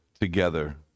together